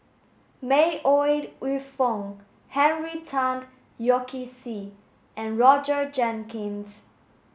May Ooi Yu Fen Henry Tan Yoke See and Roger Jenkins